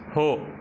हो